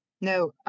no